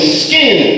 skin